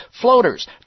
floaters